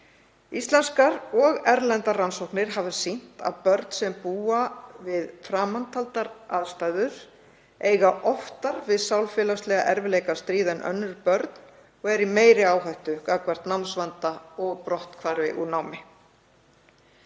Íslenskar og erlendar rannsóknir hafa sýnt að börn sem búa við framantaldar aðstæður eiga oftar við sálfélagslega erfiðleika að stríða en önnur börn og eru í meiri áhættu gagnvart námsvanda og brotthvarfi úr námi.